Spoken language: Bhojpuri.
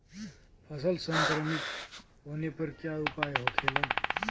फसल संक्रमित होने पर क्या उपाय होखेला?